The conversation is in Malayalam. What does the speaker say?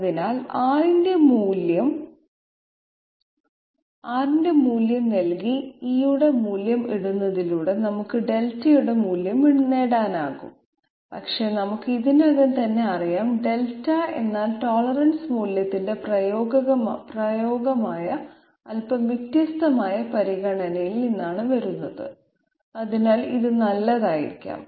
അതിനാൽ R ന്റെ മൂല്യം നൽകി e യുടെ മൂല്യം ഇടുന്നതിലൂടെ നമുക്ക് δ യുടെ മൂല്യം നേടാനാകും പക്ഷേ നമുക്ക് ഇതിനകം തന്നെ അറിയാം δ എന്നാൽ ടോളറൻസ് മൂല്യത്തിന്റെ പ്രയോഗമായ അല്പം വ്യത്യസ്തമായ പരിഗണനയിൽ നിന്നാണ് വരുന്നത് അതിനാൽ ഇത് നല്ലതായിരിക്കാം